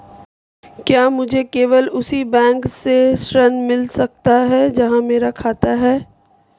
क्या मुझे केवल उसी बैंक से ऋण मिल सकता है जहां मेरा खाता है?